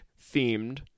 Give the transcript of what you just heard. themed